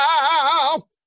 now